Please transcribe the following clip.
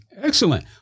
Excellent